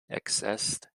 accessed